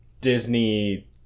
Disney